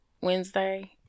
Wednesday